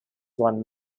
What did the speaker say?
won